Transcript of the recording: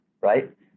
right